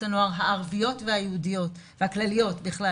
הנוער הערביות והיהודיות והכלליות בכלל,